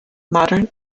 modern